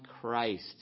Christ